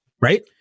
right